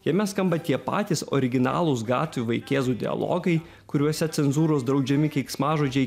jame skamba tie patys originalūs gatvių vaikėzų dialogai kuriuose cenzūros draudžiami keiksmažodžiai